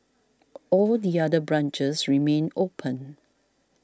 all the other branches remain open